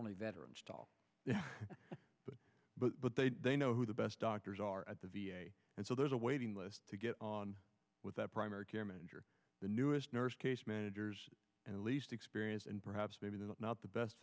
only veterans but but they they know who the best doctors are at the v a and so there's a waiting list to get on with that primary care manager newest nurse case managers and least experience and perhaps maybe the not the best